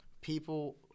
People